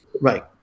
Right